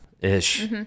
Ish